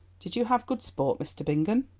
did you have good sport, mr. bingham?